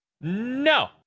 No